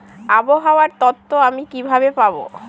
আবহাওয়ার তথ্য আমি কিভাবে পাবো?